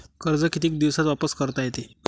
कर्ज कितीक दिवसात वापस करता येते?